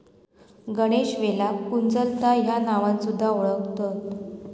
गणेशवेलाक कुंजलता ह्या नावान सुध्दा वोळखतत